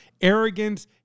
arrogance